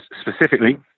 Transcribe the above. Specifically